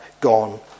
gone